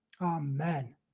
Amen